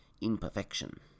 Imperfection